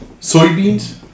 Soybeans